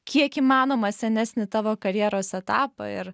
kiek įmanoma senesnį tavo karjeros etapą ir